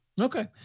Okay